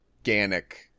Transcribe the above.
organic